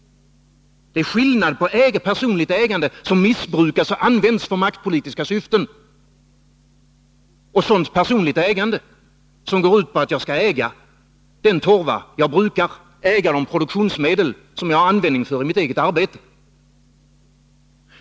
Det är skillnad mellan personligt ägande som missbrukas och används för maktpolitiska syften och personligt ägande som går ut på att jag skall äga den torva jag brukar, äga de produktionsmedel som jag har användning för i mitt eget arbete.